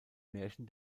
märchen